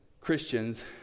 Christians